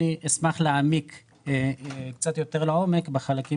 אני אשמח להעמיק קצת יותר לעומק בחלקים